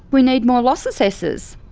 we need more loss assessors.